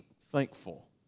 thankful